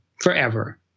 forever